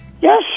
Yes